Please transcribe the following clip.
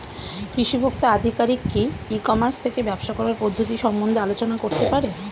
কৃষি ভোক্তা আধিকারিক কি ই কর্মাস থেকে ব্যবসা করার পদ্ধতি সম্বন্ধে আলোচনা করতে পারে?